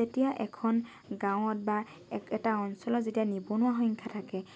যেতিয়া এখন গাঁৱত বা এক এটা অঞ্চলত যেতিয়া নিবনুৱা সংখ্যা থাকে